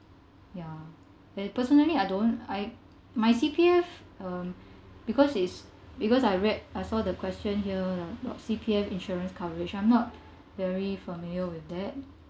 ya (uh] personally I don't I my C_P_F um because is because I read I saw the question here lah about C_P_F insurance coverage I'm not very familiar with that